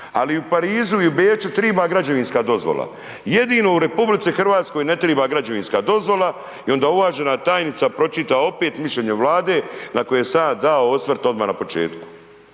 i u Parizu i u Beču treba građevinska dozvola, jedno u RH, ne treba građevinska dozvola i onda uvažena tajnica pročita opet mišljenja Vlade, na koje sam ja dao osvrt odmah na početku.